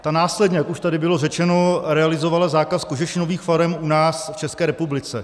Ta následně, jak už tady bylo řečeno, realizovala zákaz kožešinových farem u nás v České republice.